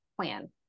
plan